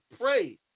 pray